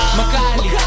makali